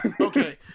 okay